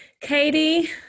Katie